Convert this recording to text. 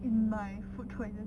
in my food choices